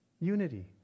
Unity